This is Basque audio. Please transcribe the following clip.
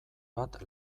bat